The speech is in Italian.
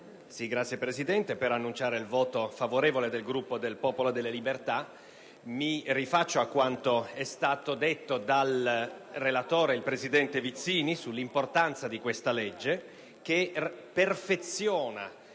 Signor Presidente, dichiaro il voto favorevole del Gruppo del Popolo della Libertà. Mi rifaccio a quanto detto dal relatore, presidente Vizzini, sull'importanza di questa legge, che perfeziona